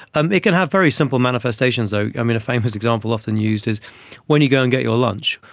um it can have very simple manifestations though. a famous example often used is when you go and get your lunch,